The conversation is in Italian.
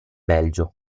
belgio